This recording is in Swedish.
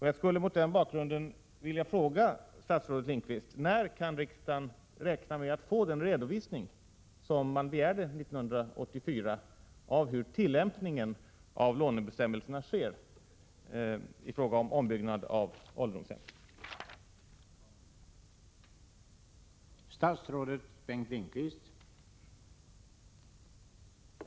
Jag skulle mot den bakgrunden vilja fråga statsrådet Lindqvist: När kan riksdagen räkna med att få den redovisning av tillämpningen av lånebestämmelserna i fråga om ombyggnad av ålderdomshem som begärdes 1984?